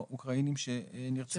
האוקראינים שנרצחו.